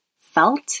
felt